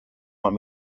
want